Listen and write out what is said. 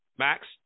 Max